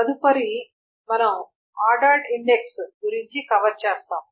తదుపరి మనం ordered index గురించి కవర్ చేస్తాము